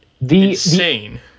insane